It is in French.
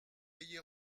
ayez